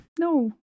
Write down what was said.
No